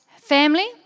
family